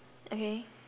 okay